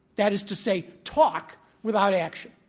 that is to say, talk without action.